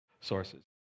sources